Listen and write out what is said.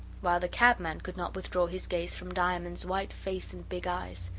while the cabman could not withdraw his gaze from diamond's white face and big eyes.